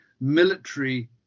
military